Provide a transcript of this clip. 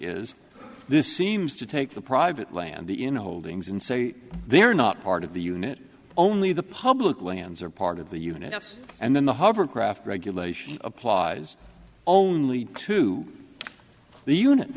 is this seems to take the private land the in holdings and say they're not part of the unit only the public lands are part of the units and then the hovercraft regulation applies only to the